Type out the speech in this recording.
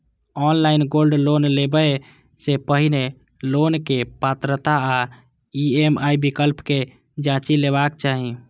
online gold loan लेबय सं पहिने लोनक पात्रता आ ई.एम.आई विकल्प कें जांचि लेबाक चाही